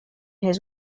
his